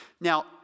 Now